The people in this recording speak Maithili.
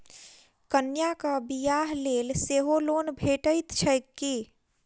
कन्याक बियाह लेल सेहो लोन भेटैत छैक की?